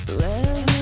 leather